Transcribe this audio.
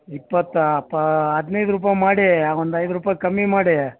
ಇಪ್ಪತ್ತಾ ಅಪ್ಪ ಹದಿನೈದು ರೂಪಾಯಿ ಮಾಡಿ ಒಂದು ಐದು ರುಪಾ ಕಮ್ಮಿ ಮಾಡಿ